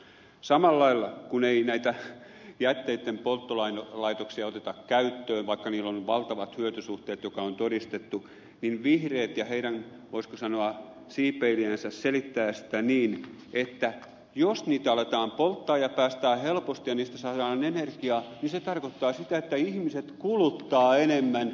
samalla lailla kun näitä jätteittenpolttolaitoksia ei oteta käyttöön vaikka niillä on valtavat hyötysuhteet mikä on todistettu vihreät ja heidän voisiko sanoa siipeilijänsä selittävät sitä niin että jos jätteitä aletaan polttaa ja niistä päästään helposti ja niistä saadaan energiaa niin se tarkoittaa sitä että ihmiset kuluttavat enemmän